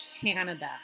Canada